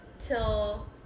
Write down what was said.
till